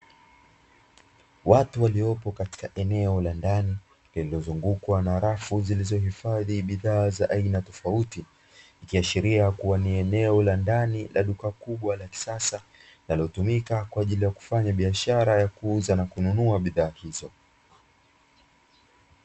Watu waliopo katika eneo la ndani lilizozungukwa na rafu zilizohifadhi bidhaa za aina tofauti, ikiashiria kuwa ni eneo la ndani la duka kubwa la kisasa linalotumika kwa ajili ya kufanya biashara ya kuuza na kununua bidhaa hizo.